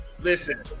Listen